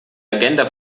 agenda